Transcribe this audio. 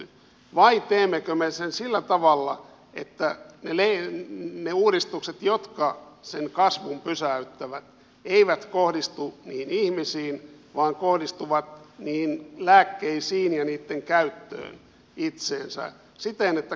vai teemmekö me sen sillä tavalla että ne uudistukset jotka sen kasvun pysäyttävät eivät kohdistu niihin ihmisiin vaan kohdistuvat niihin lääkkeisiin ja niitten käyttöön itseensä siten että kaikki hyötyvät